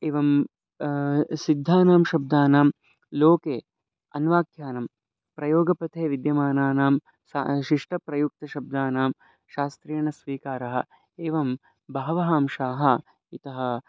एवं सिद्धानां शब्दानां लोके अन्वाख्यानां प्रयोगप्रत्ययविद्यमानानां स शिष्टप्रयुक्तशब्दानां शास्त्रेण स्वीकारः एवं बहवः अंशाः इतः